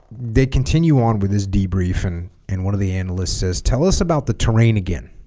they continue on with this debrief and and one of the analysts says tell us about the terrain again